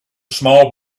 small